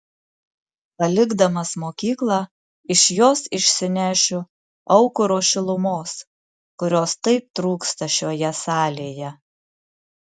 palikdamas mokyklą iš jos išsinešiu aukuro šilumos kurios taip trūksta šioje salėje